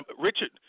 Richard –